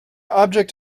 object